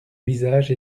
visage